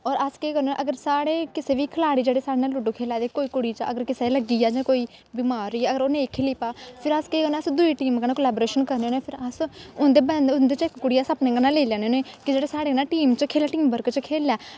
और अस केह् करने होन्ने साढ़े बी खलाड़ी जेह्ड़े साढ़े नै लूडो खेढा दे कोई कुड़ी कुसै गी लग्गी जां जां कोई बमार होई जा अगर ओह् नेईं खेढी पा फिर अस केह् करने होन्ने दुई टीम कन्नै कलैबोरेशन करनें होन्ने अस उं'दे चा इक कुड़ी अस अपने कन्नै लेई लैन्ने होने कि जेह्ड़ी साढ़े नै खेढै टीम वर्क च खेढै